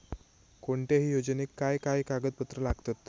कोणत्याही योजनेक काय काय कागदपत्र लागतत?